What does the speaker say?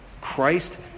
Christ